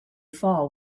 fall